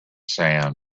sand